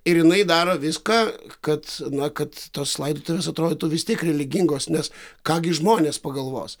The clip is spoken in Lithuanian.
ir jinai daro viską kad na kad tos laidotuvės atrodytų vis tiek religingos nes ką gi žmonės pagalvos